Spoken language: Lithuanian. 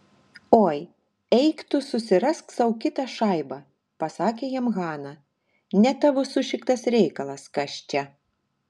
oi eik tu susirask sau kitą šaibą pasakė jam hana ne tavo sušiktas reikalas kas čia